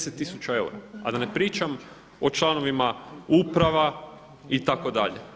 10 tisuća eura, a da ne pričam o članovima uprava itd.